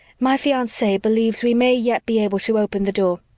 my fiance believes we may yet be able to open the door.